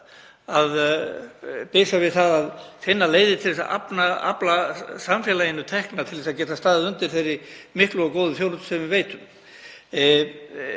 að bisa við að finna leiðir til þess að afla samfélaginu tekna til að geta staðið undir þeirri miklu og góðu þjónustu sem við veitum.